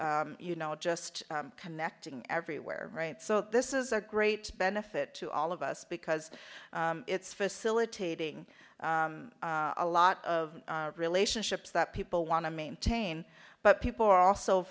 or you know just connecting everywhere right so this is a great benefit to all of us because it's facilitating a lot of relationships that people want to maintain but people are also